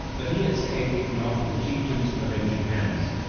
but he escaped not the chieftains' avenging hands,